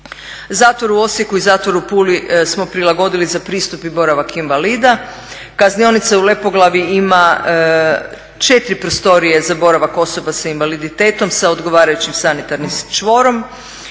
Zatvor u Osijeku i zatvor u Puli smo prilagodili za pristup i boravak invalida. Kaznionica u Lepoglavi ima 4 prostorije za boravak osoba sa invaliditetom sa odgovarajućim sanitarnim čvorom.